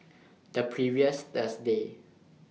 The previous Thursday